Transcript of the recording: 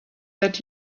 that